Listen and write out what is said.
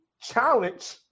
challenge